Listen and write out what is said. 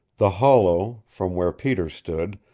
the hollow, from where peter stood,